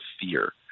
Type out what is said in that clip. fear